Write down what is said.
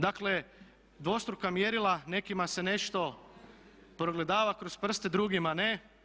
Dakle dvostruka mjerila nekima se nešto progledava kroz prste, drugima ne.